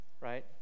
right